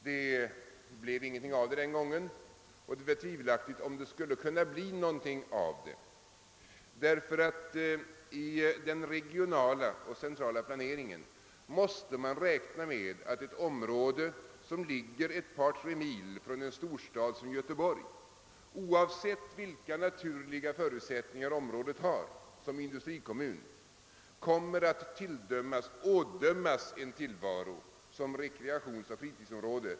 Det blev ingenting av saken den gången och det är tvivelaktigt om det över huvud taget kan bli någonting av det, ty i den regionala och centrala planeringen måste man räkna med att ett område som ligger ett par tre mil från en storstad som Göteborg kommer — oavsett vilka naturliga förutsättningar området har som industrikommun — att ådömas en tillvaro som rekreationsoch fritidsområde.